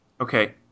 okay